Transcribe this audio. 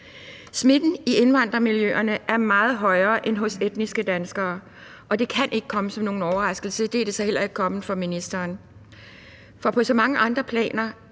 Smitten i indvandrermiljøerne er meget højere end blandt etniske danskere, og det kan ikke komme som nogen overraskelse – det er det så heller ikke kommet for ministeren. For på så mange andre planer